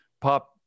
pop